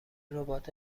ربات